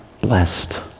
blessed